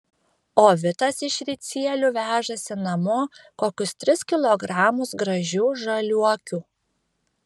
o vitas iš ricielių vežasi namo kokius tris kilogramus gražių žaliuokių